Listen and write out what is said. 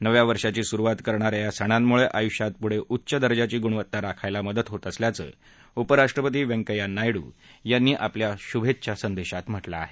नव्या वर्षाची सुरूवात करणा या या सणांमुळे आयुष्यात पुढे उच्च दर्जाची गुणवत्ता राखायला मदत होत असल्याचं उपराष्ट्रपती व्यंकैय्या नायडू यांनी आपल्या शुभेच्छा संदेशात म्हटलं आहे